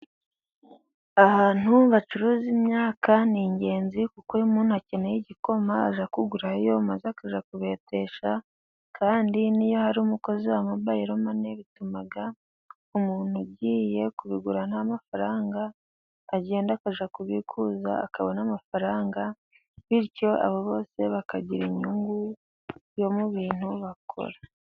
Ahantu bacuruza imyaka ni ingenzi, kuko iyo umuntu akeneye igikoma ajya kugurayo maze akajya kubetesha, kandi n'iyo hari umukozi wa mobayiromani bituma umuntu ugiye kubigura nta mafaranga, agenda akajya kubikuza akabona amafaranga, bityo abo bose bakagira inyungu yo mu bintu bakora.